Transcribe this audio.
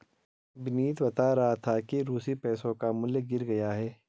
विनीत बता रहा था कि रूसी पैसों का मूल्य गिर गया है